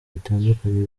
bitandukanye